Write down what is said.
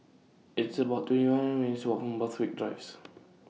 It's about twenty one minutes' Walk Borthwick Drives